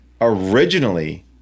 originally